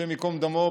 השם ייקום דמו,